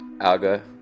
Alga